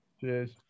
Cheers